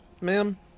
ma'am